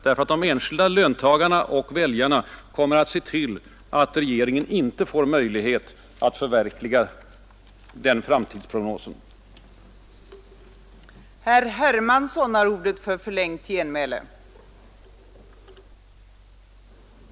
De enskilda löntagarna och väljarna kommer att se till att regeringen inte får möjlighet att förverkliga den framtidsprognos dagens utveckling pekar fram emot.